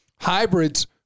hybrids